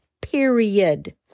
period